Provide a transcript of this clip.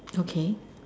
okay